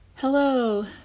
Hello